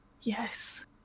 Yes